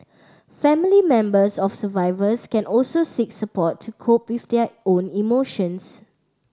family members of survivors can also seek support to cope with their own emotions